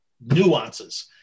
nuances